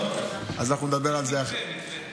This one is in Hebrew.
אנחנו נדבר על זה אחר כך.